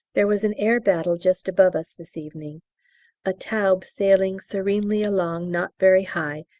there was an air battle just above us this evening a taube sailing serenely along not very high,